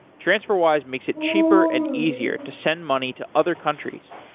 transferwise makes it cheaper and easier to send money to other countries.